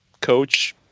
coach